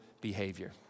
behavior